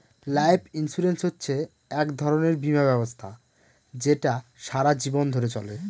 life insurance হচ্ছে এক ধরনের বীমা ব্যবস্থা যেটা সারা জীবন ধরে চলে